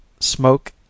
smoke